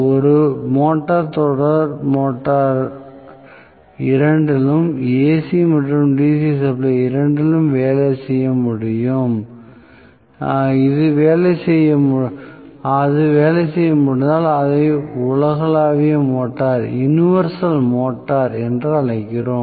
ஒரு மோட்டார் தொடர் மோட்டார் இரண்டிலும் AC மற்றும் DC சப்ளை இரண்டிலும் வேலை செய்ய முடியும் அது வேலை செய்ய முடிந்தால் அதை உலகளாவிய மோட்டார் என்று அழைக்கிறோம்